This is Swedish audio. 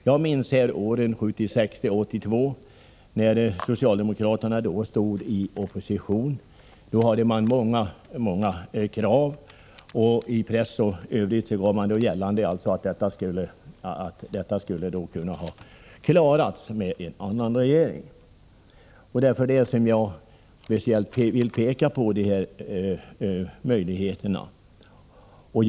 Jag minns åren 1976-1982, när socialdemokraterna stod i opposition. Då hade de många krav och gjorde gällande i press och på annat sätt att de skulle ha kunnat tillgodoses med en annan regering. Det är därför jag speciellt vill peka på vilka möjligheter som borde finnas.